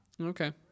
Okay